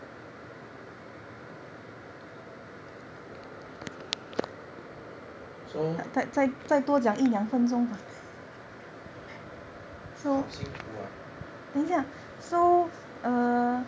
so 好辛苦 ah